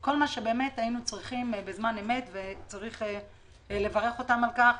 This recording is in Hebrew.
גם מבחינת כל מה שהיינו צריכים בזמן אמת וצריך לברך אותם על כך,